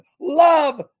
love